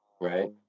Right